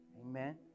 Amen